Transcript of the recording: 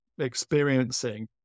experiencing